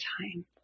time